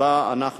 נתקבלה.